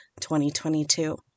2022